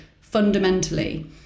fundamentally